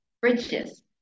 bridges